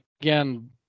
again